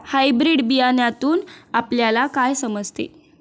Hybrid बियाण्यातून आपल्याला काय समजते?